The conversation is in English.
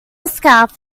scarf